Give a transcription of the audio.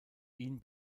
ihn